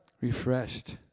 refreshed